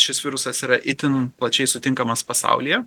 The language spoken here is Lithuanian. šis virusas yra itin plačiai sutinkamas pasaulyje